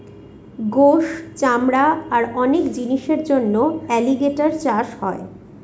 গোস, চামড়া আর অনেক জিনিসের জন্য এলিগেটের চাষ হয়